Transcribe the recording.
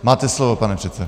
Máte slovo, pane předsedo.